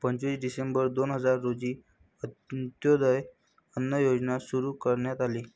पंचवीस डिसेंबर दोन हजार रोजी अंत्योदय अन्न योजना सुरू करण्यात आली